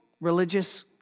religious